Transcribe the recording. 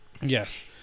Yes